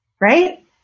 right